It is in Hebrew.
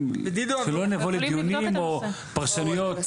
שלא נבוא לדיונים או פרשנויות.